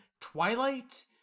Twilight